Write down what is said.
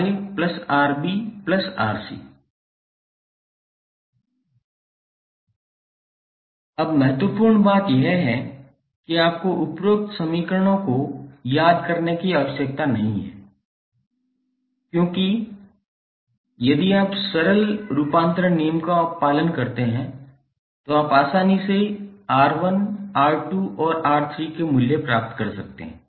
अंत में आपको 𝑅1𝑅𝑏𝑅𝑐𝑅𝑎𝑅𝑏𝑅𝑐 मिलेगा इसी तरह 𝑅2𝑅𝑐𝑅𝑎𝑅𝑎𝑅𝑏𝑅𝑐 𝑅3𝑅𝑎𝑅𝑏𝑅𝑎𝑅𝑏𝑅𝑐 अब महत्वपूर्ण बात यह है कि आपको उपरोक्त समीकरणों को याद करने की आवश्यकता नहीं है क्योंकि यदि आप सरल रूपांतरण नियम का पालन करते हैं तो आप आसानी से R1 R2 और R3 के मूल्य प्राप्त कर सकते हैं